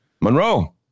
Monroe